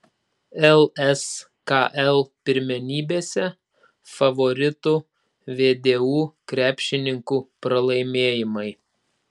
lskl pirmenybėse favoritų vdu krepšininkų pralaimėjimai